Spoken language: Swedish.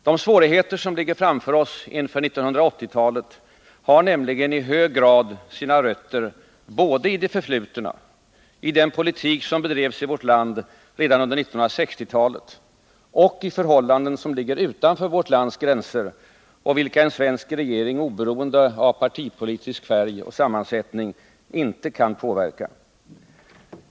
De svårigheter som ligger framför oss inför 1980-talet har nämligen i hög grad sina rötter både i det förflutna — i den politik som bedrevs i vårt land redan under 1960-talet — och i förhållanden som ligger utanför vårt lands gränser och vilka en svensk regering, oberoende av partipolitisk färg och sammansättning, inte kan påverka.